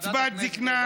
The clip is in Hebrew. קצבת זקנה,